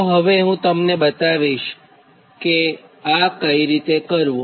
તો હવે તમને હું બતાવીશકે આ કઇ રીતે કરવું